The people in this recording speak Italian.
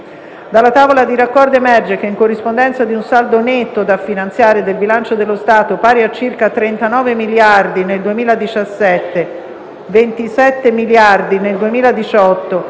dalla tavola di raccordo emerge che, in corrispondenza di un saldo netto da finanziare del bilancio dello Stato, pari a circa 39 miliardi nel 2017, 27 miliardi nel 2018